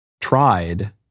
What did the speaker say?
tried